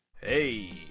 Hey